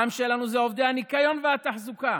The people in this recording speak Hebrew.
העם שלנו זה עובדי הניקיון והתחזוקה,